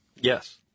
Yes